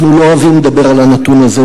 אנחנו לא אוהבים לדבר על הנתון הזה,